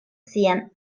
sian